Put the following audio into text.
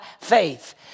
faith